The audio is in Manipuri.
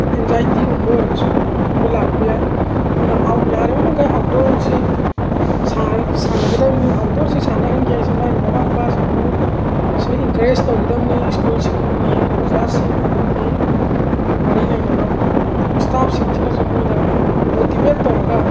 ꯑꯦꯟꯖꯥꯏꯇꯤꯒꯨꯝꯕ ꯑꯣꯏꯔꯒꯁꯨ ꯒꯨꯝꯕ ꯂꯥꯛꯄ ꯌꯥꯏ ꯑꯗꯨꯅ ꯌꯥꯔꯤꯃꯈꯩ ꯑꯥꯎꯠꯗꯣꯔꯁꯤ ꯁꯥꯟꯅꯒꯗꯧꯅꯤ ꯑꯥꯎꯠꯗꯣꯔꯁꯤ ꯁꯥꯟꯅꯍꯟꯒꯦꯁꯦ ꯃꯥꯒꯤ ꯃꯃꯥ ꯃꯄꯥꯁꯤꯡꯗꯨꯅ ꯁꯤꯅ ꯏꯟꯀꯔꯦꯖ ꯇꯧꯒꯗꯕꯅꯤ ꯁ꯭ꯀꯨꯜꯁꯤꯡꯒꯤ ꯑꯣꯖꯥꯁꯤꯡ ꯑꯃꯗꯤ ꯃꯔꯤ ꯂꯩꯅꯕ ꯏꯁꯇꯥꯞꯁꯤꯡꯁꯤꯅꯁꯨ ꯃꯣꯏꯗ ꯃꯣꯇꯤꯚꯦꯠ ꯇꯧꯔꯒ